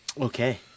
Okay